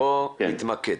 בוא נתמקד.